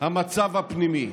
המצב הפנימי.